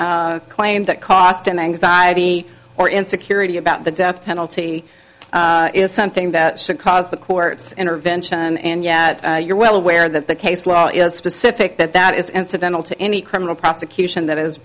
claim that cost and anxiety or insecurity about the death penalty is something that should cause the court's intervention and yet you're well aware that the case law is specific that that is incidental to any criminal prosecution that